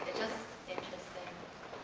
just interesting.